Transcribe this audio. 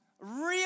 Real